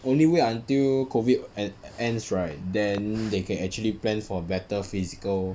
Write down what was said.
only wait until COVID en~ ends right then they can actually plan for better physical